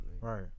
Right